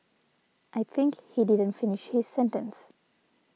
I think he didn't finish his sentence